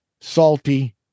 salty